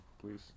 please